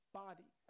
body